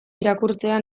irakurtzea